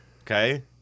Okay